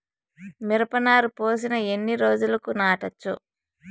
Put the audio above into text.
మిరప నారు పోసిన ఎన్ని రోజులకు నాటచ్చు?